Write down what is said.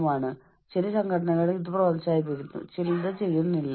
തങ്ങൾക്ക് പ്രതിബദ്ധതയുള്ള ഒരു പ്രവർത്തകനുണ്ടെന്ന് അവർക്ക് തോന്നും